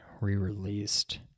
re-released